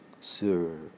Sur